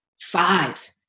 five